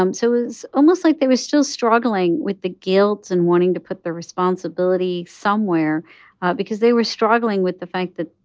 um so it was almost like they were still struggling with the guilt and wanting to put the responsibility somewhere because they were struggling with the fact that,